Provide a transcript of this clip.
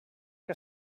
que